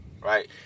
right